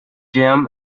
jam